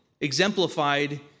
exemplified